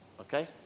Okay